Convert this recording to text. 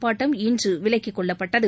போராட்டம் இன்று விலக்கிக்கொள்ளப்பட்டது